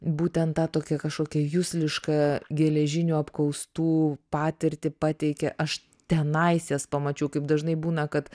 būtent tą tokią kažkokią juslišką geležinių apkaustų patirtį pateikia aš tenais jas pamačiau kaip dažnai būna kad